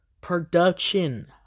Production